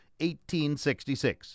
1866